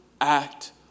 act